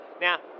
Now